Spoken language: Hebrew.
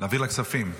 להעביר לכספים.